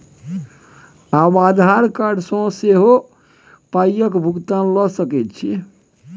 आब आधार कार्ड सँ सेहो पायक भुगतान ल सकैत छी